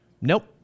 Nope